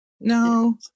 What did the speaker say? No